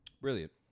Brilliant